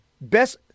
Best